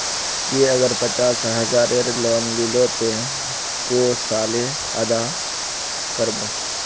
ती अगर पचास हजारेर लोन लिलो ते कै साले अदा कर बो?